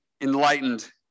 enlightened